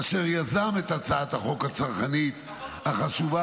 אשר יזם את הצעת החוק הצרכנית החשובה